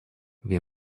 wir